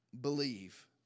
believe